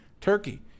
turkey